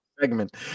segment